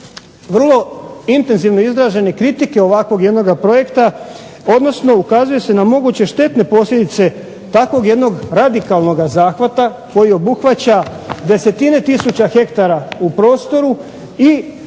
vrlo intenzivno izražene kritike ovakvog jednog projekta, odnosno ukazuje se na moguće štetne posljedice takvog jednog radikalnoga zahvata koji obuhvaća desetine tisuća hektara u prostoru i